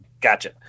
gotcha